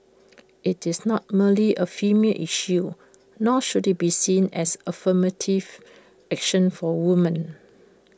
IT is not merely A female issue nor should IT be seen as affirmative action for women